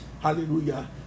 Hallelujah